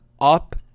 up